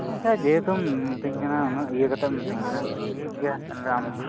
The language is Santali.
ᱟᱪᱪᱷᱟ ᱡᱮᱦᱮᱛᱩᱢ ᱢᱤᱛᱟᱹᱧ ᱠᱟᱱᱟ ᱩᱱᱟᱹᱜ ᱤᱭᱟᱹ ᱠᱟᱛᱮᱢ ᱢᱤᱛᱟᱹᱧ ᱠᱟᱱᱟ ᱴᱷᱤᱠ ᱜᱮᱭᱟ ᱟᱢ